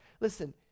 Listen